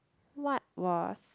what was